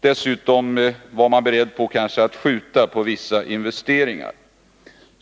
Dessutom var man kanske beredd att skjuta på vissa investeringar.